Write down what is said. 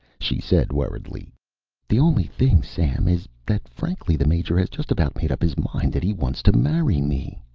she said worriedly the only thing, sam, is that, frankly, the major has just about made up his mind that he wants to marry me